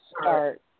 start